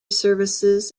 services